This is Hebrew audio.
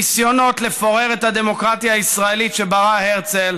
הניסיונות לפורר את הדמוקרטיה הישראלית שברא הרצל